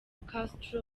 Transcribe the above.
castro